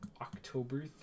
October